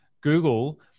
Google